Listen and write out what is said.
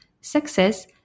success